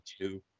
two